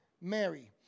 Mary